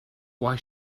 why